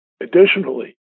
Additionally